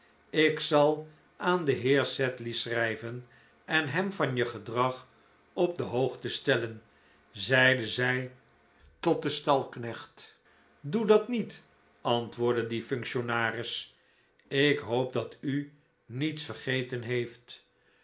ik zal aan den heer sedley schrijven en hem van je gedrag op de hoogte stellen zeide zij tot den stalknecht doe dat niet antwoordde die functionaris ik hoop dat u niets vergeten heeft